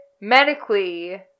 medically